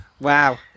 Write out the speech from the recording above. Wow